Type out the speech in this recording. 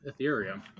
Ethereum